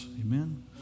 Amen